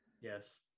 Yes